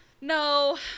No